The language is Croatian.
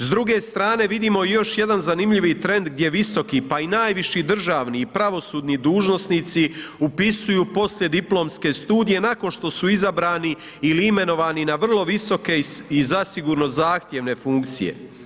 S druge strane vidimo još jedan zanimljiv trend gdje visoki pa i najviši državni pa i pravosudni dužnosnici upisuju poslijediplomske studije nakon što su izabrani ili imenovani na vrlo visoke i zasigurno zahtjevne funkcije.